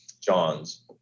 Johns